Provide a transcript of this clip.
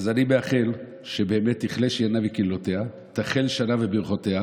אז אני מאחל שתכלה שנה וקללותיה ותחל שנה וברכותיה,